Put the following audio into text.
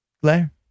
Glare